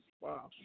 Wow